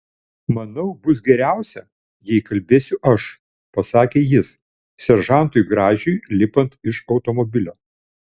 manau bus geriausia jei kalbėsiu aš pasakė jis seržantui gražiui lipant iš automobilio